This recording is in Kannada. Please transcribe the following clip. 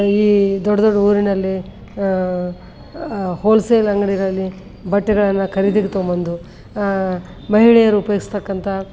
ಈ ದೊಡ್ದ ದೊಡ್ಡ ಊರಿನಲ್ಲಿ ಹೋಲ್ಸೇಲ್ ಅಂಗಡಿಗಳಲ್ಲಿ ಬಟ್ಟೆಗಳನ್ನು ಖರೀದಿಗೆ ತಗೊಂಬಂದು ಮಹಿಳೆಯರು ಉಪಯೋಗಿಸ್ತಕ್ಕಂತ